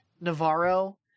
navarro